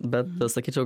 bet sakyčiau